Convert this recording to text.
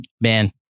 Man